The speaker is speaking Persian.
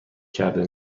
کرده